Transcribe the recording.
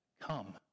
come